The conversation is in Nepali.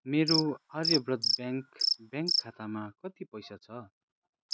मेरो आर्यव्रत ब्याङ्क ब्याङ्क खातामा कति पैसा छ